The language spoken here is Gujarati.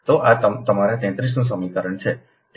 તો આ તમારા 33 નું સમીકરણ છે